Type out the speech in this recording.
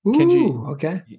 Okay